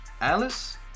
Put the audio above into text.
Alice